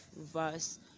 verse